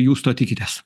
jūs to tikitės